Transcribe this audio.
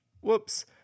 whoops